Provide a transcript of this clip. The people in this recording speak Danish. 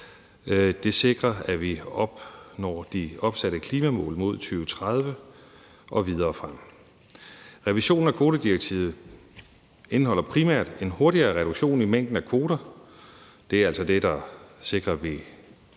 det sikrer, at vi opnår de opsatte klimamål mod 2030 og videre frem. Revisionen af kvotedirektivet indeholder primært en hurtigere reduktion i mængden af kvoter – det er altså det, der sikrer, at vi når det skærpede